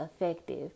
effective